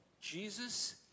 Jesus